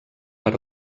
per